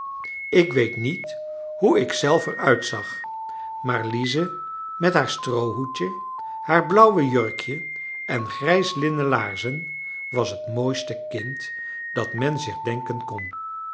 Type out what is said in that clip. ik weet niet hoe ik zelf er uitzag maar lize met haar stroohoedje haar blauw jurkje en grijs linnen laarzen was het mooiste kind dat men zich denken kon